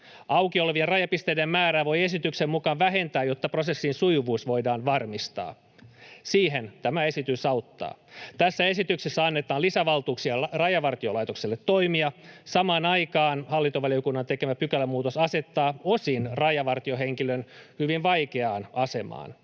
Auki olevien rajapisteiden määrää voi esityksen mukaan vähentää, jotta prosessin sujuvuus voidaan varmistaa. Siihen tämä esitys auttaa. Tässä esityksessä annetaan lisävaltuuksia Rajavartiolaitokselle toimia. Samaan aikaan hallintovaliokunnan tekemä pykälämuutos asettaa osin rajavartiohenkilön hyvin vaikeaan asemaan.